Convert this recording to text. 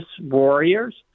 warriors